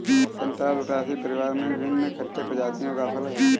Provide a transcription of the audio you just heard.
संतरा रुटासी परिवार में विभिन्न खट्टे प्रजातियों का फल है